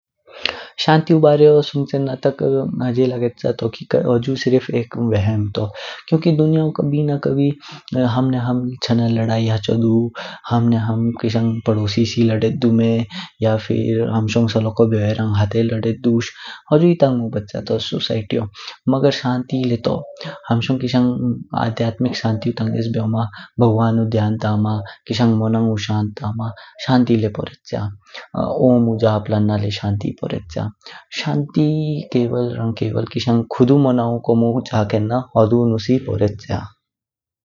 शांतिउ बारो सुनचेना त हुजु लगेच्य त की हुजु सिर्फ एध वेहम तो। क्युकी दुनियाओ कभी ना कभी हम ना हमच नेया लड़ाई हाचो दु, हम ना हम पडोसी सी लदेदो दुमे या फिर हमसोंग सोलोक बेओरंग हाटे लदेदो दुश, हुजु ही तांग्मो बच्या तो सोसाइटीओ। मगर शांति ले टो, हम शोंग कीशांग आध्यात्मिक शांति तंगेस बेओमा, भगवानु ध्यान तमा, कीशान मोनौ शांत तमा शांति ले पोरेच्य। ओमु जाप लाना ले शांति पोरेच्य। शांति केवल रंग केवल कीशांग खुदु मोनौ कोमो जकेना पोरेच्य।